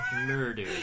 Murder